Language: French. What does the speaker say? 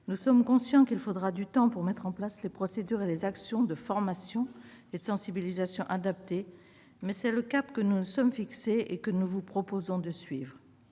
Nous sommes conscients qu'il faudra du temps pour mettre en place les procédures et les actions de formation et de sensibilisation adaptées, mais c'est le cap que nous nous sommes fixé et que nous vous proposons de suivre.